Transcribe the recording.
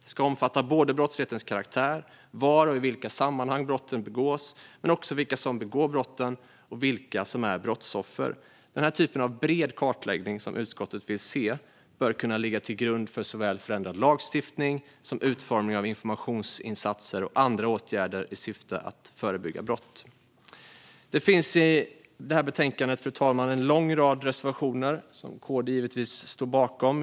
Den ska omfatta brottslighetens karaktär, var och i vilka sammanhang brotten begås, vilka som begår brotten och vilka som är brottsoffer. Den typ av bred kartläggning som utskottet vill se bör kunna ligga till grund för såväl förändrad lagstiftning som utformning av informationsinsatser och andra åtgärder i syfte att förebygga brott. Det finns i betänkandet en lång rad reservationer som KD givetvis står bakom.